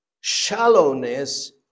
shallowness